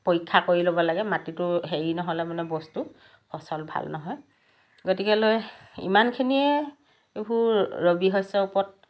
পৰীক্ষা কৰি ল'ব লাগে মাটিটো হেৰি নহ'লে মানে বস্তু ফচল ভাল নহয় গতিকেলৈ ইমানখিনিয়ে এইবোৰ ৰবি শস্যৰ ওপৰত